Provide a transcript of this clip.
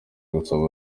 busaba